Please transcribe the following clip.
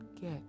get